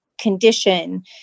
condition